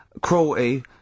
cruelty